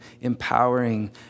empowering